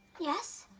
yes?